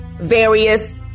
Various